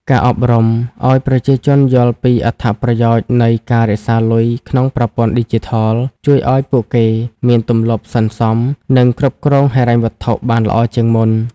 ការអប់រំឱ្យប្រជាជនយល់ពីអត្ថប្រយោជន៍នៃការរក្សាលុយក្នុងប្រព័ន្ធឌីជីថល ជួយឱ្យពួកគេមានទម្លាប់សន្សំ និងគ្រប់គ្រងហិរញ្ញវត្ថុបានល្អជាងមុន។